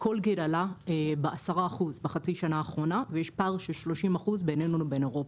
ה--- עלה ב-10% בחצי השנה האחרונה ויש פער של 30% בינינו לבין אירופה.